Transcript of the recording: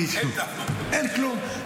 מישהו, אין כלום.